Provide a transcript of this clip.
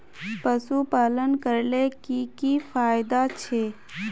पशुपालन करले की की फायदा छे?